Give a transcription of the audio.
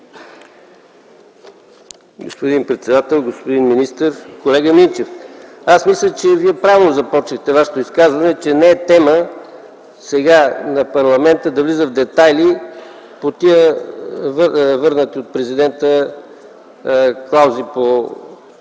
Господин председател, господин министър! Колега Минчев, мисля, че Вие правилно започнахте Вашето изказване – че не е тема на парламента сега да влиза в детайли по върнатите от президента клаузи по